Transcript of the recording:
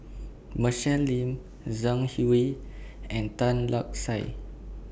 Michelle Lim Zhang Hui and Tan Lark Sye